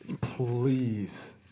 Please